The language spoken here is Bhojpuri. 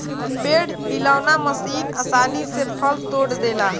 पेड़ हिलौना मशीन आसानी से फल तोड़ देले